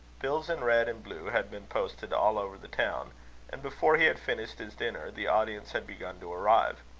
bills in red and blue had been posted all over the town and before he had finished his dinner, the audience had begun to arrive.